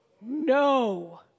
No